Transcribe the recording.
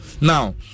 Now